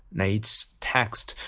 nate's text.